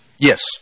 Yes